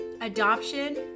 adoption